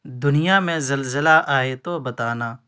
دنیا میں زلزلہ آئے تو بتانا